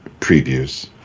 previews